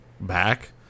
back